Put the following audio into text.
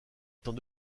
étant